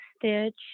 stitch